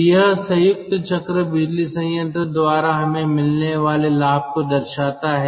तो यह संयुक्त चक्र बिजली संयंत्र द्वारा हमें मिलने वाले लाभ को दर्शाता है